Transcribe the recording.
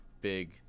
big